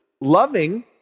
Loving